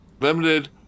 limited